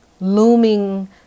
looming